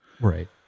right